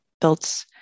built